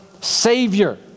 Savior